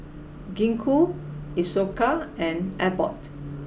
Gingko Isocal and Abbott